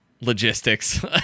logistics